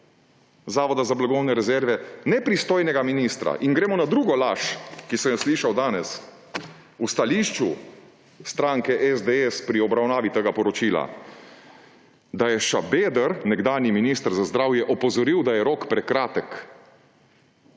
Zavoda za blagovne rezerve ne pristojnega ministra? In gremo na drugo laž, ki sem jo slišal danes v stališču stranke SDS pri obravnavi tega poročila, da je Šabeder, nekdanji minister za zdravje, opozoril, da je rok prekratek.